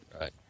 right